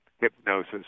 Hypnosis